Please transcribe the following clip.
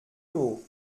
haut